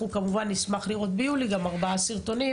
אנחנו כמובן נשמח לראות ביולי גם ארבעה סרטונים